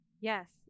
Yes